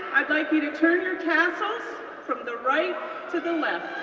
i'd like you to turn your tassels from the right to the left.